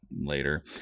later